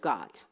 God